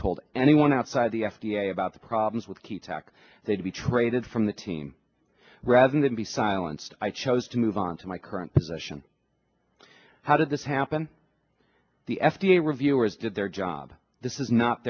told anyone outside the f d a about the problems with key talk they'd be traded from the team rather than be silenced i chose to move on to my current position how did this happen the f d a reviewers did their job this is not